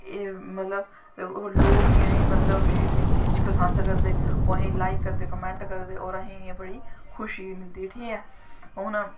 एह् मतलव लोग बी असें चीज़ पसंद करदे ओह् असें लाईक करदे कमैंट करदे ते असें बड़ी खुशी मिलदी हून